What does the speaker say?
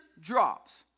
drops